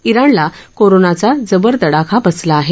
इराणला कोरोनाचा जबर तडाखा बसला आहे